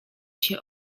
się